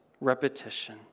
repetition